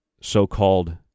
so-called